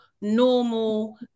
normal